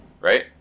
Right